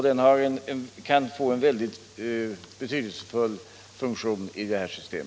Den kan få en betydelsefull funktion i detta system.